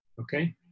Okay